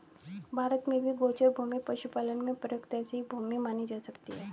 भारत में भी गोचर भूमि पशुपालन में प्रयुक्त ऐसी ही भूमि मानी जा सकती है